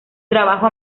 trabajo